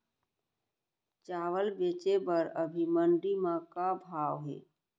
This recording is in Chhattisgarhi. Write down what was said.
चांवल बेचे बर अभी मंडी म का भाव हे?